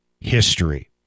history